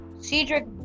Cedric